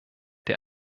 der